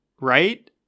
right